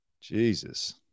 Jesus